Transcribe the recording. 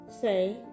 say